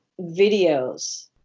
videos